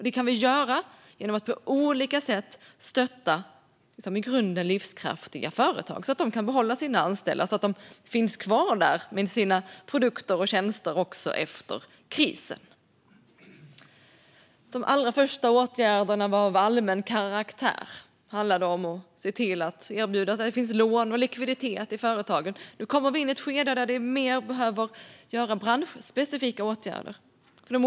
Det kan vi göra genom att på olika sätt stötta i grunden livskraftiga företag så att de kan behålla sina anställda och finnas kvar med sina produkter och tjänster också efter krisen. De allra första åtgärderna var av allmän karaktär och handlade om att se till att företagen kan erbjudas lån och likviditet. Nu kommer vi in i ett skede där vi behöver göra mer branschspecifika åtgärder.